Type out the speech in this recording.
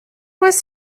was